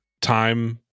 time